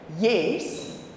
yes